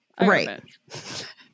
Right